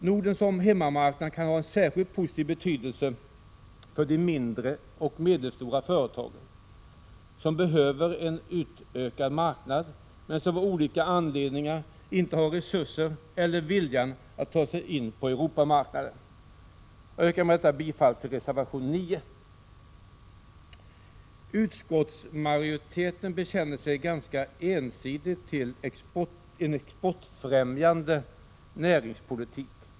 Norden som hemmamarknad kan ha en särskilt positiv betydelse för de mindre och medelstora företag som behöver en utökad marknad, men som av olika anledningar inte har resurser eller vilja att ta sig in på Europamarknaden. Jag yrkar bifall till reservation 9. Utskottsmajoriteten bekänner sig ganska ensidigt till en exportfrämjande näringspolitik.